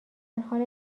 حال